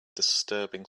disturbing